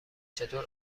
چطور